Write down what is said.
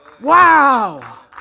Wow